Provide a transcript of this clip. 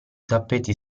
tappeti